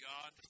God